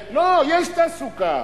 לא, יש תעסוקה.